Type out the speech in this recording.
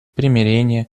примирение